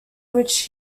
which